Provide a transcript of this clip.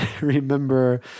remember